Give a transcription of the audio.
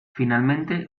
finalmente